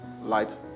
Light